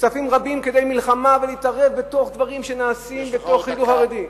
כספים רבים כדי לעשות מלחמה ולהתערב בדברים שנעשים בתוך החינוך החרדי.